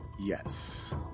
Yes